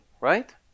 right